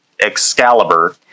Excalibur